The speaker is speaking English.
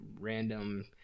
random